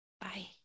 bye